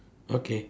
okay